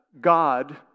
God